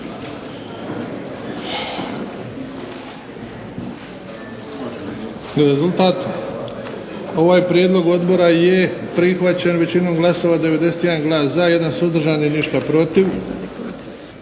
Rezultat? Ovaj prijedlog odbora je prihvaćen većinom glasova, 91 glas za, 1 suzdržan i ništa protiv.